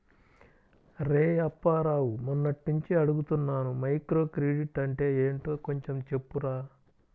రేయ్ అప్పారావు, మొన్నట్నుంచి అడుగుతున్నాను మైక్రోక్రెడిట్ అంటే ఏంటో కొంచెం చెప్పురా